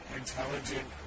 intelligent